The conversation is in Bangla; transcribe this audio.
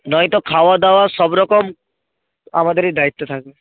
নয়তো খাওয়া দাওয়া সব রকম আমাদেরই দায়িত্ব থাকবে